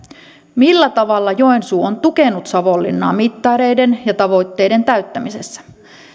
millä tavalla joensuu on tukenut savonlinnaa mittareiden ja tavoitteiden täyttämisessä